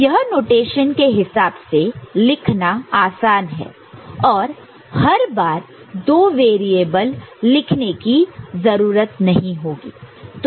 तो यह नोटेशन के हिसाब से लिखना आसान है और हर बार दो वेरिएबल लिखने की जरूरत नहीं होगी